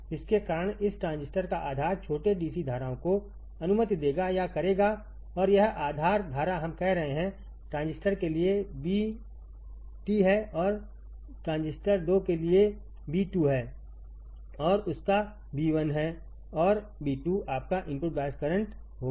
इसके कारण इस ट्रांजिस्टर का आधार छोटे DC धाराओं को अनुमति देगा या करेगा और यह आधार धारा हम कह रहे हैं Iट्रांजिस्टर के लिएIb1 हैऔर ट्रांजिस्टर 2 के लिएIb2 हैऔरउसका Ib1 हैऔर Ib2आपका इनपुट बायस करंट होगा